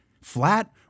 flat